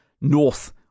north